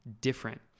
different